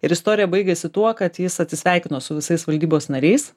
ir istorija baigėsi tuo kad jis atsisveikino su visais valdybos nariais